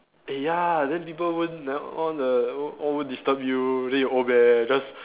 eh ya then people won't then all the o~ o~ won't disturb you then you old man just